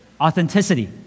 authenticity